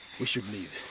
we should leave.